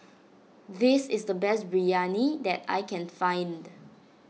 this is the best Biryani that I can find